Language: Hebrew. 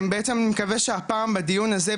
בעצם אני מקווה שהפעם בדיון הזה,